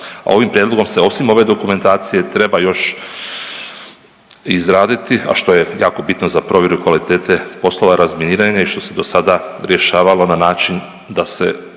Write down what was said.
ovim prijedlogom se osim ove dokumentacije treba još izraditi, a što je jako bitno za provjeru kvalitete poslova razminiranja i što se dosada rješavalo na način da se